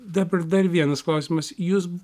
dabar dar vienas klausimas jūs